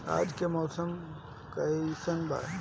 आज के मौसम कइसन बा?